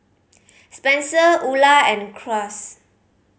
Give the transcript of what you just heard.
Spenser Ula and Cruz